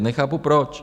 Nechápu proč.